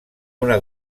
una